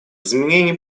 изменений